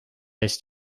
eest